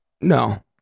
no